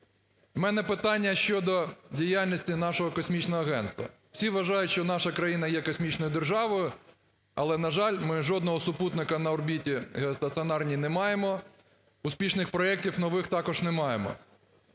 в мене питання щодо діяльності нашого Космічного агентства. Всі вважають, що наша країна є космічною державою, але, на жаль, ми жодного супутника на орбіті стаціонарній не маємо, успішних проектів нових також не маємо.